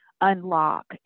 unlock